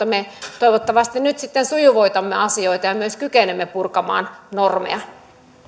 me toivottavasti nyt sitten sujuvoitamme asioita ja myös kykenemme purkamaan normeja